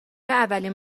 اولین